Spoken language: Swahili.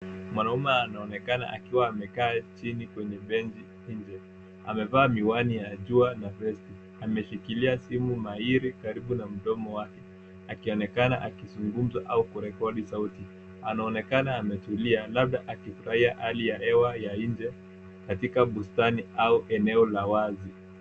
Mwanaume anaonekana akiwa amekaa chini kwenye benji nje. Amevaa miwani ya jua na vesti, ameshikilia simu mahiri karibu na mdomo wake akionekana akizugumza au kurekodi sauti. Anaonekana ametulia labda akifurahia hali ya hewa ya nje katika bustani au eneo la wazi.